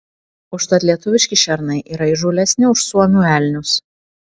užtat lietuviški šernai yra įžūlesni už suomių elnius